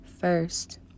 first